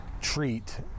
treat